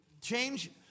Change